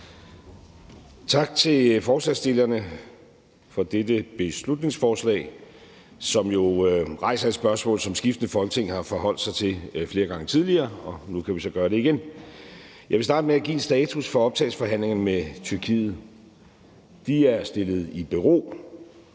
Tak til forslagsstillerne for dette beslutningsforslag, som jo rejser et spørgsmål, som skiftende Folketing har forholdt sig til flere gange tidligere, og nu kan vi så gøre det igen. Jeg vil starte med at give en status for optagelsesforhandlingerne med Tyrkiet. De er stillet i bero.